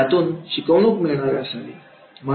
यातून शिकवणूक मिळणार असावा